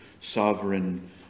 sovereign